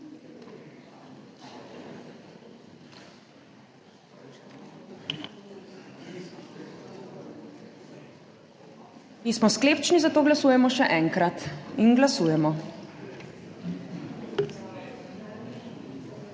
Nismo sklepčni, zato glasujemo še enkrat. Glasujemo.